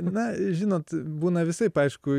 na žinot būna visaip aišku